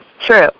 True